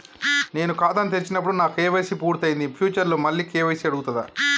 నేను ఖాతాను తెరిచినప్పుడు నా కే.వై.సీ పూర్తి అయ్యింది ఫ్యూచర్ లో మళ్ళీ కే.వై.సీ అడుగుతదా?